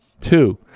Two